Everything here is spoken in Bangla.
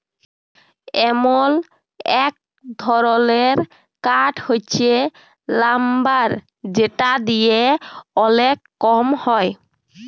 এমল এক ধরলের কাঠ হচ্যে লাম্বার যেটা দিয়ে ওলেক কম হ্যয়